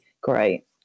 great